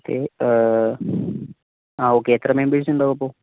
okay ആ okay എത്ര members ഉണ്ടാകുമപ്പോൾ